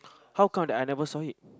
how come that I never saw it